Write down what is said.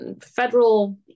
Federal